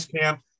camp